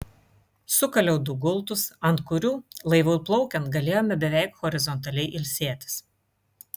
sukaliau du gultus ant kurių laivui plaukiant galėjome beveik horizontaliai ilsėtis